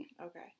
Okay